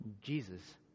jesus